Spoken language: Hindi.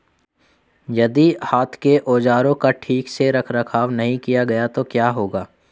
यदि हाथ के औजारों का ठीक से रखरखाव नहीं किया गया तो क्या होगा?